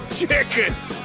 chickens